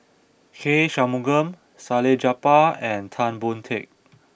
K Shanmugam Salleh Japar and Tan Boon Teik